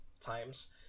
times